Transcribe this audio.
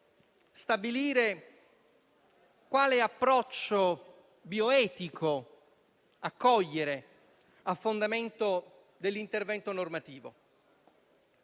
stabilire quale approccio bioetico accogliere a fondamento dell'intervento normativo.